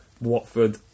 Watford